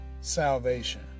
Salvation